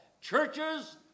Churches